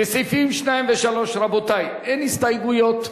לסעיפים 2 ו-3 אין הסתייגות.